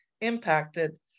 impacted